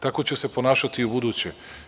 Tako ću se ponašati i ubuduće.